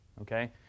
okay